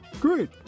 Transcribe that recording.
Great